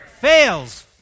fails